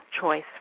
choice